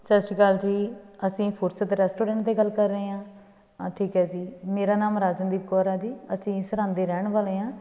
ਸਤਿ ਸ਼੍ਰੀ ਅਕਾਲ ਜੀ ਅਸੀਂ ਫੁਰਸਤ ਰੈਸਟੋਰੈਂਟ 'ਤੇ ਗੱਲ ਕਰ ਰਹੇ ਹਾਂ ਅ ਠੀਕ ਆ ਜੀ ਮੇਰਾ ਨਾਮ ਰਾਜਨਦੀਪ ਕੌਰ ਆ ਜੀ ਅਸੀਂ ਸਰਹੰਦ ਦੇ ਰਹਿਣ ਵਾਲੇ ਹਾਂ